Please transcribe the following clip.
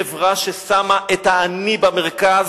חברה ששמה את האני במרכז,